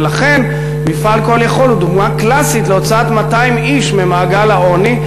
ולכן מפעל "Call יכול" הוא דוגמה קלאסית להוצאת 200 איש ממעגל העוני,